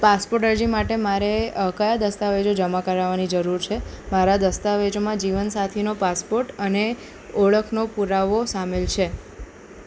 passport અરજી માટે મારે અ કયા દસ્તાવેજો જમા કરાવવાની જરૂર છે મારા દસ્તાવેજોમાં જીવનસાથીનો પાસપોર્ટ અને ઓળખનો પુરાવો સામેલ છે